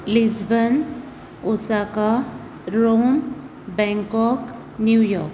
Lisbon Osaka Rome Bangkok New York